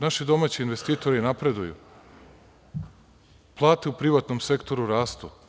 Naši domaći investitori napreduju, plate u privatnom sektoru rastu.